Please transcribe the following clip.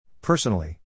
personally